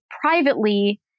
privately